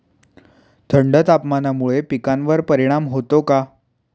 थंड तापमानामुळे पिकांवर परिणाम होतो का?